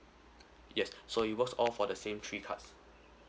yes so it works off for the same three cards